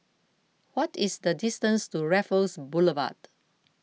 what is the distance to Raffles Boulevard